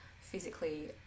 physically